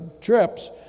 trips